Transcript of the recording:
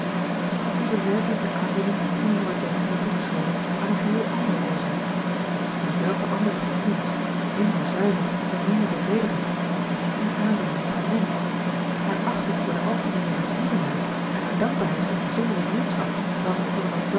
zij gevoelde werkelijk de aandoening die mevrouw jennings had toegeschreven aan eene geheel andere oorzaak maar welke andere gevoelens minder zuiver en minder bevredigend zich in die aandoening mochten mengen haar achting voor de algemeene menschlievendheid en haar dankbaarheid voor de bijzondere vriendschap welke